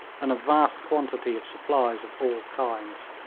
and a vast quantity of supplies of all kinds.